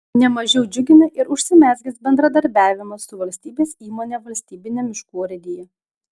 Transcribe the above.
ne mažiau džiugina ir užsimezgęs bendradarbiavimas su valstybės įmone valstybine miškų urėdija